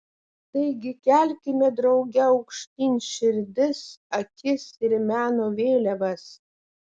taigi kelkime drauge aukštyn širdis akis ir meno vėliavas